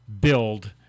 build